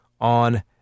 on